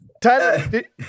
Tyler